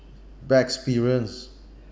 bad experience